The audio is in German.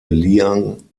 liang